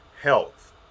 health